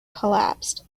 collapsed